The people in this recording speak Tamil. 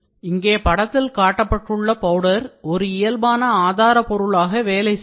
இங்கே படத்தில் காட்டப்பட்டுள்ள பவுடர் ஒரு இயல்பான ஆதார பொருளாக வேலை செய்யும்